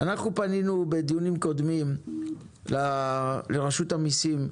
אנחנו פנינו בדיונים קודמים לרשות המיסים,